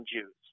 Jews